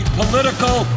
political